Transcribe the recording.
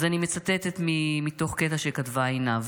אז אני מצטטת מתוך הקטע שכתבה עינב.